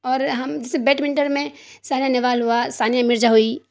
اور ہم جیسے بیٹمنٹن میں سائنا نہوال ہوا سانیا مرزا ہوئی